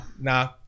Nah